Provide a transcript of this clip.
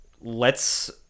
lets